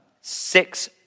six